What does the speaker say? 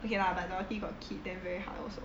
okay lah but dorothy got kid then very hard also